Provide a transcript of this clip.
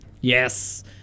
Yes